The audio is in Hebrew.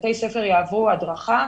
ובתי ספר יעברו הדרכה.